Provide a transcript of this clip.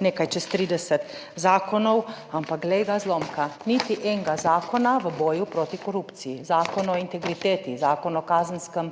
nekaj čez 30 zakonov. Ampak glej ga zlomka, niti enega zakona v boju proti korupciji, Zakon o integriteti, Zakon o kazenskem,